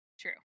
True